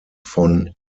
von